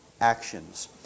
actions